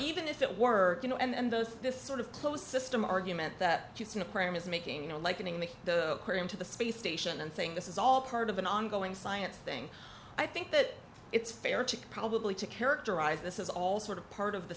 even if it were you know and those this sort of closed system argument that just in a crime is making you know likening the aquarium to the space station and saying this is all part of an ongoing science thing i think that it's fair to probably to characterize this is all sort of part of the